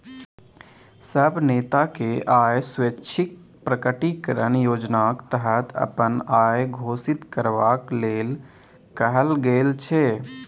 सब नेताकेँ आय स्वैच्छिक प्रकटीकरण योजनाक तहत अपन आइ घोषित करबाक लेल कहल गेल छै